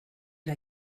era